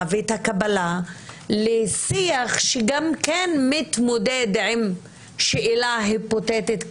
ואת הקבלה של שיח שגם כן מתמודד עם שאלה היפותטית כזאת,